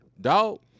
dog